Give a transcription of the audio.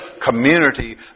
community